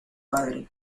padre